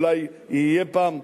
אולי יהיה פעם.